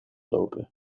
lopen